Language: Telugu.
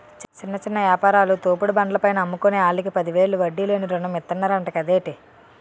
చిన్న చిన్న యాపారాలు, తోపుడు బండ్ల పైన అమ్ముకునే ఆల్లకి పదివేలు వడ్డీ లేని రుణం ఇతన్నరంట కదేటి